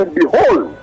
behold